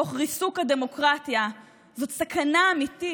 תוך ריסוק הדמוקרטיה, זאת סכנה אמיתית,